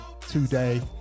today